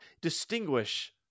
distinguish